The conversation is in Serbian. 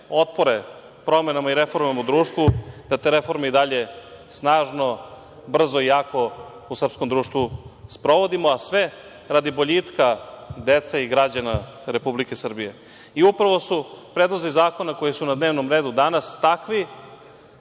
otpore promenama i reformama u društvu, da te reforme i dalje snažno, brzo i jako u srpskom društvu sprovodimo, a sve radi boljitka dece i građana Republike Srbije. Upravo su predlozi zakona koji su na dnevnom redu danas takvi